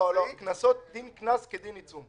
לא, דין קנס כדין עיצום.